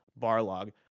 Barlog